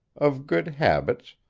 of good habits,